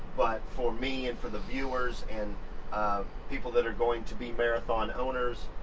but for me and for the viewers and people that are going to be marathon owners,